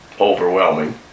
overwhelming